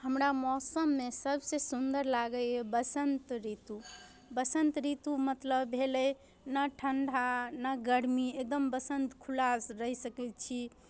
हमरा मौसममे सबसँ सुन्दर लागैए बसन्त ऋतु बसन्त ऋतु मतलब भेलै नहि ठण्डा नहि गरमी एकदम बसन्त खुलासँ रहि सकै छी